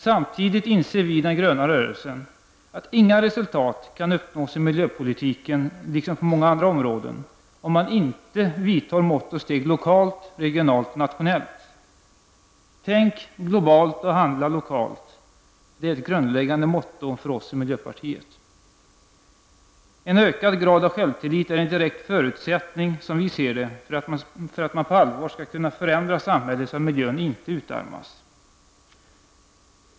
Samtidigt inser vi i den gröna rörelsen att inga resultat kan uppnås i miljöpolitiken eller på många andra områden om man inte vidtar mått och steg lokalt, regionalt och nationellt. Tänk globalt och handla lokalt är ett grundläggande måtto för oss i miljöpartiet. En ökad grad av självtillit är en direkt förutsättning, som vi ser det, för att man på allvar skall kunna förändra samhället så att miljön inte utarmas.